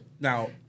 now